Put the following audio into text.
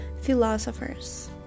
philosophers